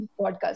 podcast